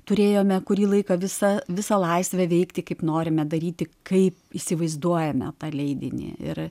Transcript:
turėjome kurį laiką visą visą laisvę veikti kaip norime daryti kaip įsivaizduojame tą leidinį ir